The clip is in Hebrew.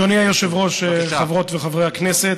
אדוני היושב-ראש, חברות וחברי הכנסת,